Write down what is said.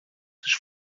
της